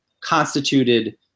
constituted